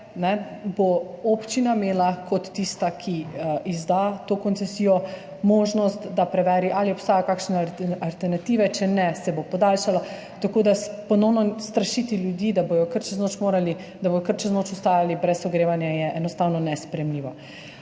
občina kot tista, ki izda to koncesijo, možnost, da preveri, ali obstajajo kakšne alternative, če ne, se bo podaljšalo, tako da ponovno strašiti ljudi, da bodo kar čez noč ostali brez ogrevanja, je enostavno nesprejemljivo.